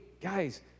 guys